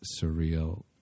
surreal